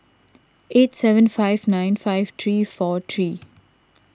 eight seven five nine five three four three